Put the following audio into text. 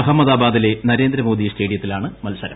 അഹമ്മദാബാദിലെ നരേന്ദ്രമോദി അസ്റ്റേഡിയത്തിലാണ് മത്സരം